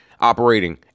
operating